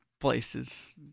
places